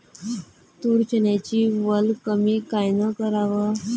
तूर, चन्याची वल कमी कायनं कराव?